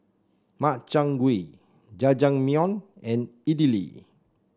Makchang Gui Jajangmyeon and Idili